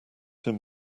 him